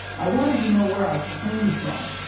i wanted to know where i came from.